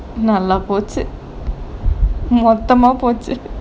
நல்லா போச்சு மொத்தமா போச்சு:nallaa pochu mothamaa pochu